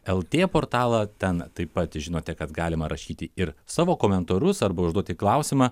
lt portalą ten taip pat žinote kad galima rašyti ir savo komentarus arba užduoti klausimą